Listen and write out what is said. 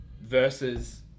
Versus